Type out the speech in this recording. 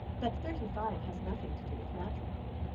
but thirty-five has nothing to do with matrimony.